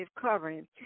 covering